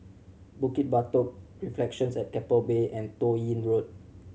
Bukit Batok Reflections at Keppel Bay and Toh Yi Road